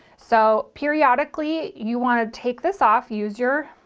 so periodically you want to take this off, use your